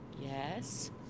Yes